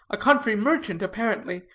a country merchant apparently,